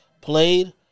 played